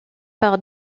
par